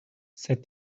said